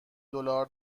دلار